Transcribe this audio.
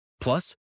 Plus